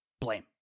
blame